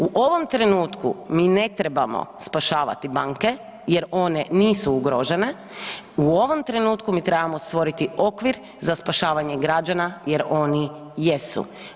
U ovom trenutku, mi ne trebamo spašavati banke jer one nisu ugrožene, u ovom trenutku mi trebamo stvoriti okvir za spašavanje građana jer oni jesu.